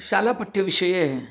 शालापठ्य विषये